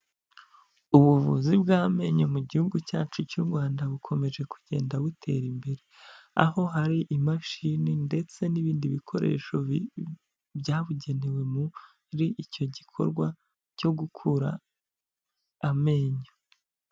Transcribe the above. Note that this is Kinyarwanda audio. Ubuvuzi bw'amenyo mu gihugu cyacu cy'u Rwanda bukomeje kugenda butera imbere, aho hari imashini, ndetse n'ibindi bikoresho byabugenewe muri icyo gikorwa cyo gukura amenyo.